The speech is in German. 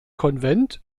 konvent